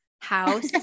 house